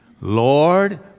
Lord